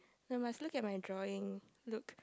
you must look at my drawing look